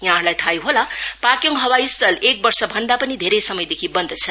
यहाँहरूलाई थाहै होला पाक्योङ हवाईस्थल एक वर्षभन्दा पनि धेरै समयदेखि न्द छ